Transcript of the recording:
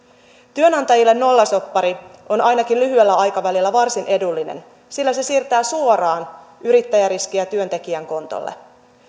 työnantajille nollasoppari on ainakin lyhyellä aikavälillä varsin edullinen sillä se siirtää suoraan yrittäjäriskiä työntekijän kontolle ei